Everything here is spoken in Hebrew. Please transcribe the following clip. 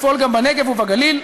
לפעול גם בנגב ובגליל,